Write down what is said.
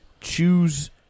choose